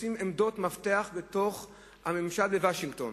התופסים עמדות מפתח בממשל בוושינגטון,